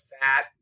fat